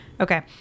Okay